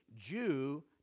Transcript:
Jew